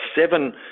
seven